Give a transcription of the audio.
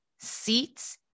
seats